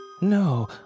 No